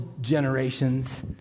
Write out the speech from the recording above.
generations